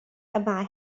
yma